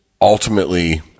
ultimately